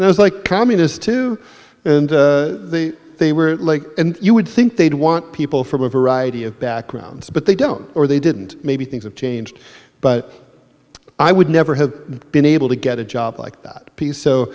and i was like communist too and they were like you would think they'd want people from a variety of backgrounds but they don't or they didn't maybe things have changed but i would never have been able to get a job like that